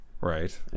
Right